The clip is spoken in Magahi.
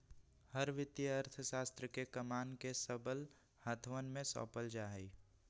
हर वित्तीय अर्थशास्त्र के कमान के सबल हाथवन में सौंपल जा हई